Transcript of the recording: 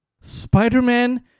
Spider-Man